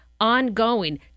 ongoing